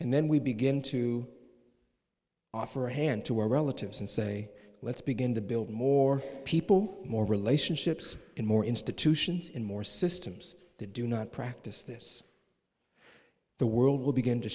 and then we begin to offer a hand to our relatives and say let's begin to build more people more relationships and more institutions in more systems that do not practice this the world will begin to